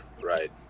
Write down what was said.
Right